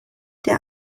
der